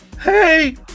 hey